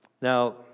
Now